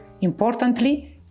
Importantly